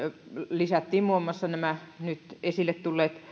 lisättiin muun muassa nämä nyt esille tulleet